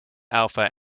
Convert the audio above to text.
alpha